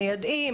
מיידעים,